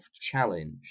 challenge